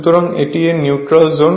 সুতরাং এটি এর নিউট্রাল জোন